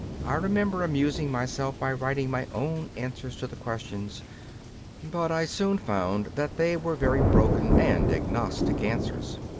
i remember amusing myself by writing my own answers to the questions but i soon found that they were very broken and agnostic answers.